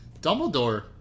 Dumbledore